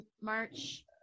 March